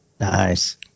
Nice